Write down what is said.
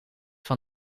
van